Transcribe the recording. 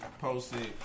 posted